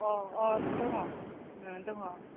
अ अ दङ दङ